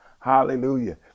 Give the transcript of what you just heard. hallelujah